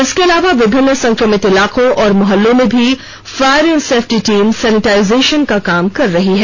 इसके अलावा विभिन्न संक्रमित इलाकों और मुहल्लों में भी fire and safety team sanitization का काम कर रही है